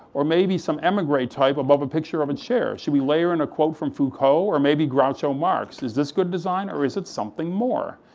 or maybe some emigre type above a picture of a chair, should we layer in a quote from foucault, or maybe groucho marx, is this good design, or is it something more?